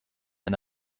and